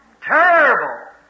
Terrible